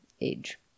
Age